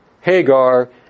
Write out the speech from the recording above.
Hagar